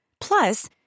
Plus